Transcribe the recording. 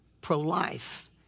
pro-life